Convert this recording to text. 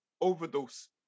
overdose